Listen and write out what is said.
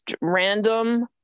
random